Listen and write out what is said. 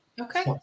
Okay